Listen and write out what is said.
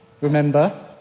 remember